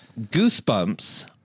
Goosebumps